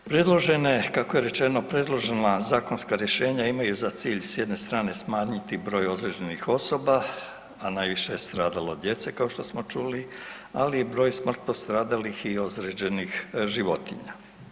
Predložene, kako je rečeno, predložena zakonska rješenja imaju za cilj s jedne strane smanjiti broj ozlijeđenih osoba, a najviše je stradalo djece kao što smo čuli, ali i broj smrtno stradalih i ozlijeđenih životinja.